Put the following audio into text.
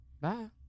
Bye